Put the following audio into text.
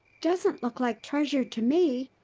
doesn't look like treasure to me.